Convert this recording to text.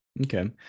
okay